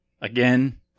Again